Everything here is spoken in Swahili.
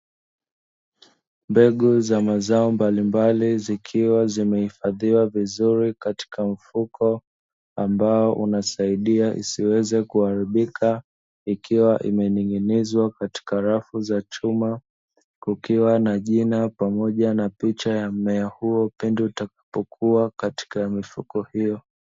Mbegu za mazao mbalimbali zikiwa zimehifadhiwa vizuri katika mfuko ambao unasaidia isiweze kuharibika ikiwa imening'inizwa katika rafu za chuma kukiwa na jina pamoja na picha ya mmea huo pindi utakapokua katika mifuko hiyo.